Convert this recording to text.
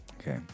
Okay